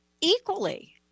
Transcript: equally